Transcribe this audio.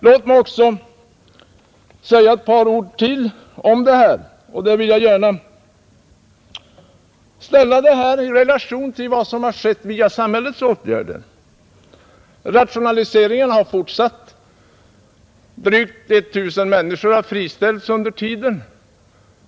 Låt mig också säga ytterligare ett par ord och ställa dessa händelser i relation till vad som skett genom samhällets åtgärder. Rationaliseringarna har fortsatt. Drygt 1000 människor har friställts under tiden.